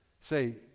Say